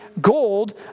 gold